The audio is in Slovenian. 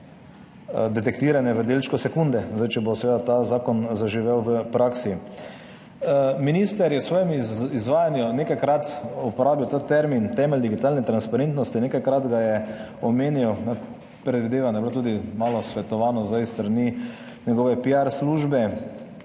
detektirane v delčku sekunde, zdaj, če bo seveda ta zakon zaživel v praksi. Minister je v svojem izvajanju nekajkrat uporabil ta termin temelj digitalne transparentnosti, nekajkrat ga je omenil, predvidevam, da je bilo tudi malo svetovano zdaj s strani njegove PR službe.